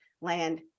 land